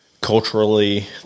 culturally